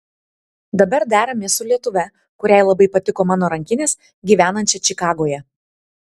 dabar deramės su lietuve kuriai labai patiko mano rankinės gyvenančia čikagoje